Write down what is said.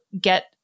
get